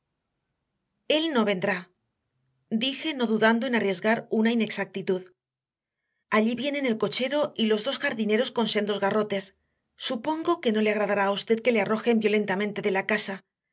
él no vendrá dije no dudando en arriesgar una inexactitud allí vienen el cochero y los dos jardineros con sendos garrotes supongo que no le agradará a usted que le arrojen violentamente de la casa